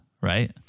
right